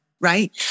Right